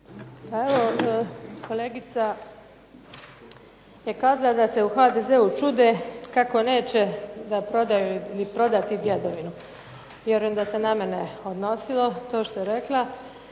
evo kolegica je kazala da se u HDZ-u čude kako neće da prodaju ili prodati djedovinu. Vjerujem da se na mene odnosilo to što je rekla.